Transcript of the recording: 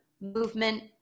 movement